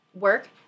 work